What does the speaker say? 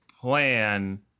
plan